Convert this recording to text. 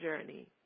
journey